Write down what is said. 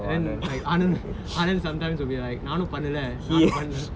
and then like arnold arnold sometimes will be like நானும் பன்னலே:naanum pannalae